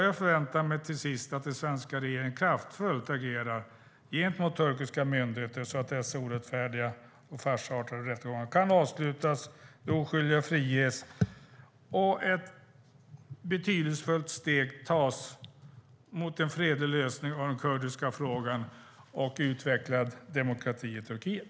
Jag förväntar mig till sist att den svenska regeringen kraftfullt agerar gentemot turkiska myndigheter så att dessa orättfärdiga och farsartade rättgångar kan avslutas, de oskyldiga friges och ett betydelsefullt steg tas mot en fredlig lösning av den kurdiska frågan och utvecklad demokrati i Turkiet.